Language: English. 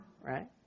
Right